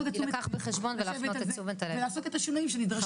את תשומת הלב ולעשות את השינויים שנדרשים.